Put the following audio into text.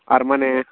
ಅರಮನೆ